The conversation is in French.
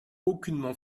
aucunement